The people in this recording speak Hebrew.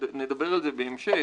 נדבר על זה בהמשך